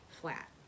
flat